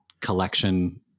collection